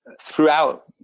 throughout